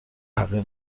حقیر